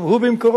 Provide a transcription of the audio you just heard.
גם הוא ב"מקורות",